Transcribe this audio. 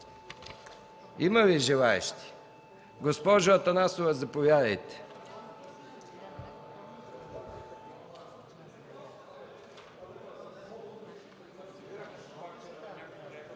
Има ли желаещи? Госпожо Атанасова, заповядайте.